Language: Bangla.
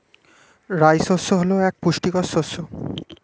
রাই শস্য হল এক পুষ্টিকর শস্য